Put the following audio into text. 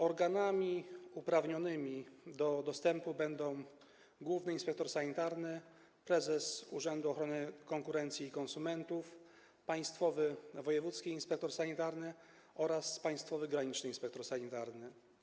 Organami uprawnionymi do dostępu będą główny inspektor sanitarny, prezes Urzędu Ochrony Konkurencji i Konsumentów, państwowy wojewódzki inspektor sanitarny oraz państwowy graniczny inspektor sanitarny.